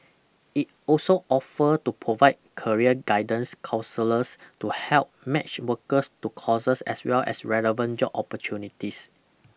it also offered to provide career guidance counsellors to help match workers to courses as well as relevant job opportunities